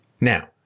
Now